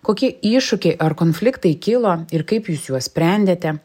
kokie iššūkiai ar konfliktai kilo ir kaip jūs juos sprendėte